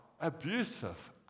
Abusive